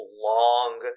long